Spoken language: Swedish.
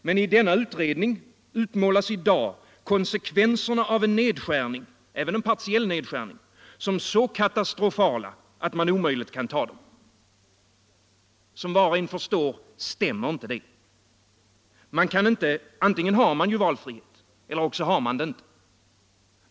Men i utredningen utmålas i dag konsekvenserna av en nedskärning — även en partiell — som så katastrofala att man omöjligt kan ta dem. Som var och en förstår stämmer inte det. Antingen har man valfrihet eller också har man det inte.